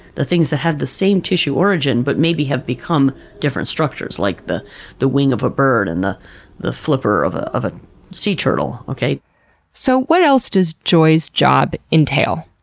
the things that have the same tissue origin but maybe have become different structures, like the the wing of a bird and the the flipper of ah of a sea turtle. so, what else does joy's job entail?